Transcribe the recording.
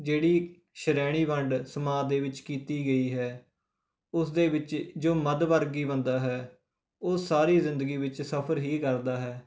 ਜਿਹੜੀ ਸ਼੍ਰੇਣੀ ਵੰਡ ਸਮਾਜ ਦੇ ਵਿੱਚ ਕੀਤੀ ਗਈ ਹੈ ਉਸ ਦੇ ਵਿੱਚ ਜੋ ਮੱਧਵਰਗੀ ਬੰਦਾ ਹੈ ਉਹ ਸਾਰੀ ਜ਼ਿੰਦਗੀ ਵਿੱਚ ਸਫਰ ਹੀ ਕਰਦਾ ਹੈ